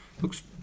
looks